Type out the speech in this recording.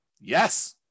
Yes